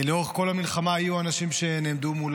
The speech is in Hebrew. לאורך כל המלחמה היו אנשים שנעמדו מול